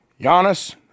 Giannis